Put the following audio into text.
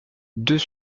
deux